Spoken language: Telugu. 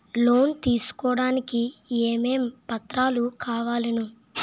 లోన్ తీసుకోడానికి ఏమేం పత్రాలు కావలెను?